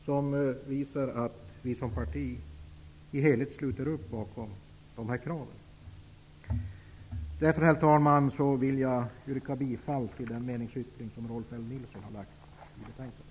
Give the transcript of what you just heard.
Det visar att vi som parti i helhet sluter upp bakom kraven. Herr talman! Jag vill yrka bifall till den meningsyttring som Rolf L Nilson har lagt fram.